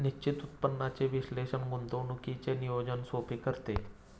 निश्चित उत्पन्नाचे विश्लेषण गुंतवणुकीचे नियोजन सोपे करते